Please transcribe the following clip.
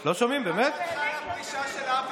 לא שמעת אותי מספיק היום?